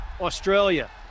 Australia